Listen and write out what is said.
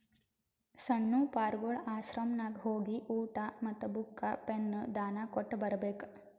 ಸಣ್ಣು ಪಾರ್ಗೊಳ್ ಆಶ್ರಮನಾಗ್ ಹೋಗಿ ಊಟಾ ಮತ್ತ ಬುಕ್, ಪೆನ್ ದಾನಾ ಕೊಟ್ಟ್ ಬರ್ಬೇಕ್